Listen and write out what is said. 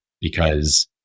Because-